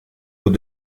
haut